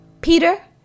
Peter